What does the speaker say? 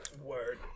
word